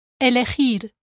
elegir